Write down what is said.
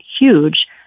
huge